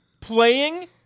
playing